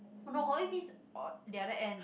no is o~ the other end